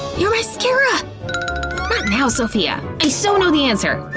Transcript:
your mascara! not now, sophia! i so know the answer.